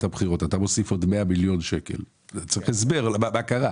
הבחירות עוד 100 מיליון שקל צריך הסבר מה קרה.